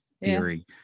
theory